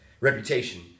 reputation